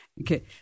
Okay